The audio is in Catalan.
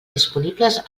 disponibles